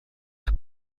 que